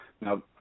Now